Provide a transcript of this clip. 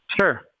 sure